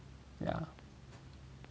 yeah